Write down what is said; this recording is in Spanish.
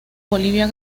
bolivia